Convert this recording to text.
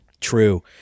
True